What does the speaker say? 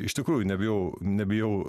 iš tikrųjų nebijau nebijau